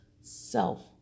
self